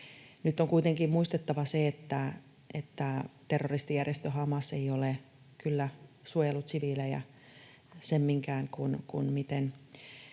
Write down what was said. Nyt on kuitenkin muistettava se, että terroristijärjestö Hamas ei ole kyllä suojellut siviilejä semminkään, miten